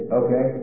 okay